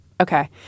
Okay